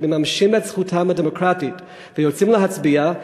מממשים את זכותם הדמוקרטית ויוצאים להצביע,